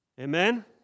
Amen